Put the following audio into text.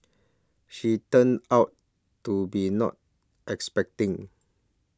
she turned out to be not expecting